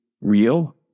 real